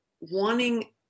wanting